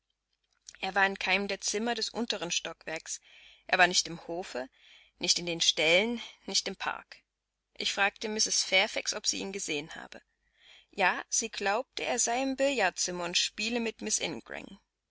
er war in keinem der zimmer des unteren stockwerks er war nicht im hofe nicht in den ställen nicht im park ich fragte mrs fairfax ob sie ihn gesehen habe ja sie glaubte er sei im billardzimmer und spiele mit